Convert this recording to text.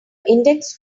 index